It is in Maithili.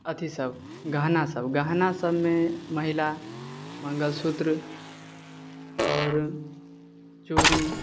अथीसब गहना सब गहना सबमे महिला मङ्गलसूत्र आओर चूड़ी